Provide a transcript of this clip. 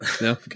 no